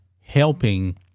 helping